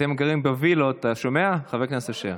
אתם גרים בווילות, אתה שומע, חבר הכנסת אשר?